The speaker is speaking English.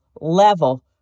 level